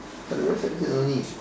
but the website said no need